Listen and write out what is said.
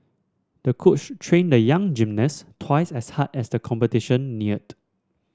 the coach trained the young gymnast twice as hard as the competition neared